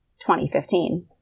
2015